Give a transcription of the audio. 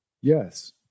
yes